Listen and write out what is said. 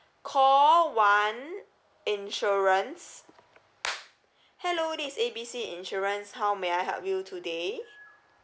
call one insurance hello this is A B C insurance how may I help you today